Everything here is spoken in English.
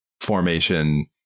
formation